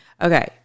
Okay